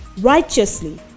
righteously